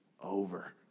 over